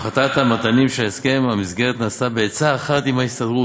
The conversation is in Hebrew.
הפחתת המתנים של הסכם המסגרת נעשתה בעצה אחת עם ההסתדרות,